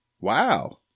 Wow